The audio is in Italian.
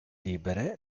libere